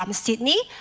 um sydney.